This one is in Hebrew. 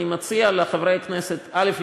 אני מציע לחברי הכנסת: א.